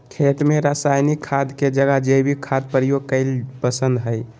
खेत में रासायनिक खाद के जगह जैविक खाद प्रयोग कईल पसंद हई